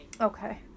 Okay